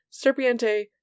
Serpiente